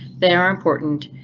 they are important.